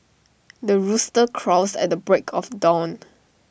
the rooster crows at the break of dawn